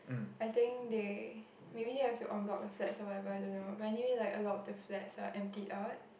I think they maybe they have to en bloc the flats or whatever I don't know but anyway like a lot of the flats are emptied out